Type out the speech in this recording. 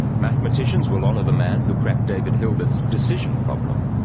mathematicians will honour the man who cracked david hilbert's decision problem,